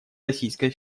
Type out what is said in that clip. российской